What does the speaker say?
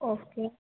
okay